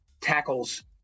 tackles